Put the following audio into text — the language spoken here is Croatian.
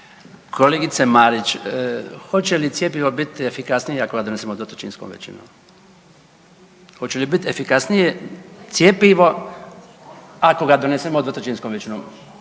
Kolegice Marić, hoće li cjepivo biti efikasnije ako ga doneseno dvotrećinskom većinom? Hoće li bit efikasnije cjepivo ako ga donesemo dvotrećinskom većinom?